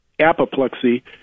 apoplexy